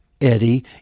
Eddie